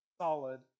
solid